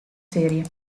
serie